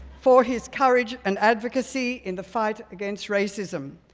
for his courage and advocacy in the fight against racism,